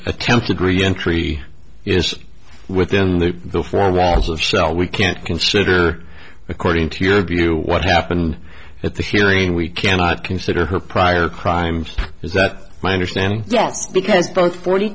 attempts agree entry is within the four walls of shall we can't consider according to your view what happened at the hearing we cannot consider her prior crimes because that's my understanding yes because both forty